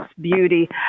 beauty